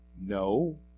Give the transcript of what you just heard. No